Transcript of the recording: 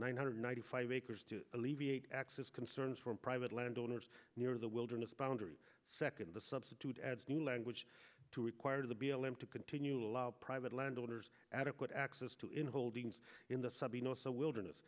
nine hundred ninety five acres to alleviate access concerns from private landowners near the wilderness boundary second the substitute new language to require the b l m to continue to allow private landowners adequate access to in holdings in the sub you know so wilderness